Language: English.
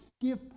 give